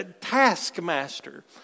taskmaster